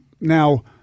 Now